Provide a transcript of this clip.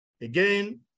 Again